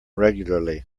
regularly